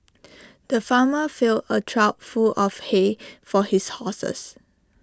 the farmer filled A trough full of hay for his horses